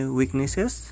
weaknesses